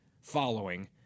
following